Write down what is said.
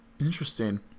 Interesting